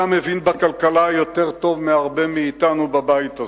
אתה מבין בכלכלה יותר טוב מהרבה מאתנו בבית הזה.